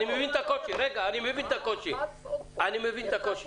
אני מבין את הקושי, אני מבין את הקושי.